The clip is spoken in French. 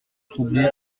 troublée